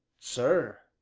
sir,